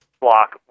block